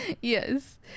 Yes